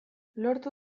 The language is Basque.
lortu